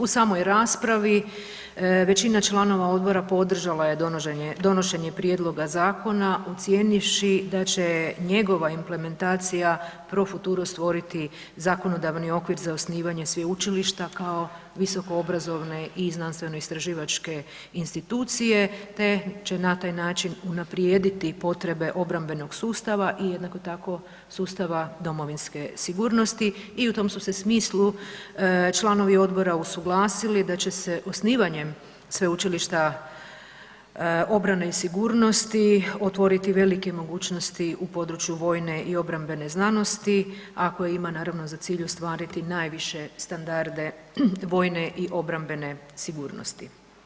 U samoj raspravi većina članova odbora podržala je donošenje prijedloga zakona ocijenivši da će njegova implementacija pro futuro stvoriti zakonodavni okvir za osnivanje sveučilišta kao visoko obrazovne i znanstveno istraživačke institucije, te će na taj način unaprijediti potrebe obrambenog sustava i jednako tako sustava domovinske sigurnosti i u tom su se smislu članovi odbora usuglasili da će se osnivanjem Sveučilišta obrane i sigurnosti otvoriti velike mogućnosti u području vojne i obrambene znanosti ako ima naravno za cilj ostvariti najviše standarde vojne i obrambene sigurnosti.